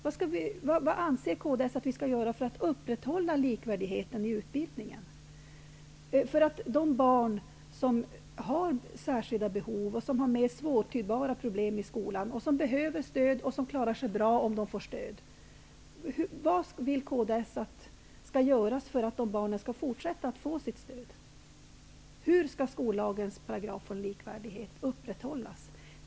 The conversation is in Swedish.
Vad anser kds att vi skall göra för att upprätthålla likvärdigheten i utbildningen, för att de barn som har särskilda behov, som har mer svårtydbara problem i skolan, som behöver stöd och som klarar sig bra om de får stöd skall få sitt stöd även i fortsättningen? Hur skall skollagens paragraf om likvärdighet upprätthållas?